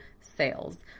sales